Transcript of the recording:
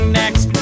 next